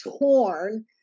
torn